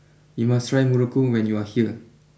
you must try Muruku when you are here